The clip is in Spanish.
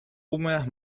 húmedas